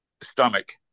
stomach